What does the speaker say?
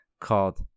called